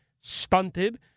stunted